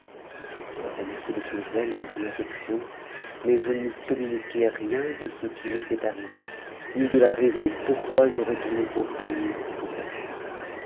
je le remerciai de son zèle et de son affection mais je ne lui communiquai rien de ce qui m'était arrivé ni de la raison pourquoi je retournais sans cognée et sans